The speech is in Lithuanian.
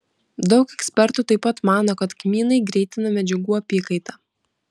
daug ekspertų taip pat mano kad kmynai greitina medžiagų apykaitą